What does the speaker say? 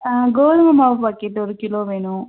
கோதுமை மாவு பாக்கெட் ஒரு கிலோ வேணும்